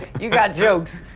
you got jokes,